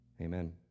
Amen